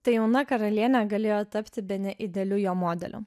tai jauna karalienė galėjo tapti bene idealiu jo modeliu